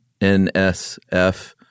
NSF